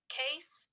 case